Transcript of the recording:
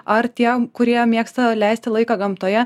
ar tiem kurie mėgsta leisti laiką gamtoje